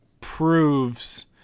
proves